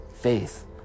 faith